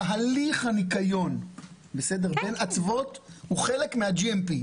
תהליך הניקיון בין אצוות הוא חלק מה-GMP.